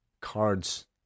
cards